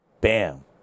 bam